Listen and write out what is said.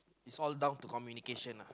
it's all down to communication uh